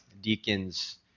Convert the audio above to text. deacons